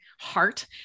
heart